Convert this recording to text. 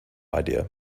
idea